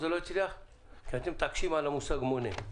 כי אתם מתעקשים על המושג מונה.